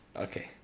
Okay